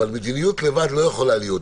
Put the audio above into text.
אבל מדיניות לבד לא יכולה להיות,